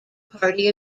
party